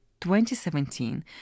2017